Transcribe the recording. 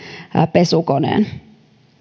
pesukoneen